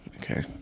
Okay